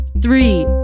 Three